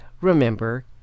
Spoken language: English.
remember